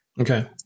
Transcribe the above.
Okay